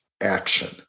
action